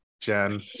Jen